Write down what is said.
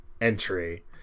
entry